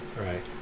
right